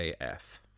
AF